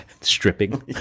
Stripping